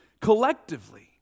collectively